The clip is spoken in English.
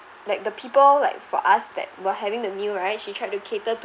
like the people like for us that we're having the meal right she tried to cater t~